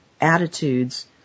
attitudes